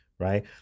Right